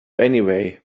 anyway